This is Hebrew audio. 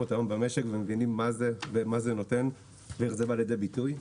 אותנו במשק ומבינים מה זה נותן ואיך זה בא לידי ביטוי.